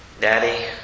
Daddy